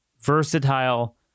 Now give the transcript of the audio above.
versatile